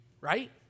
Right